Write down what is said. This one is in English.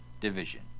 Division